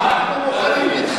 אנחנו מוכנים להתחלף,